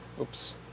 Oops